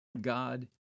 God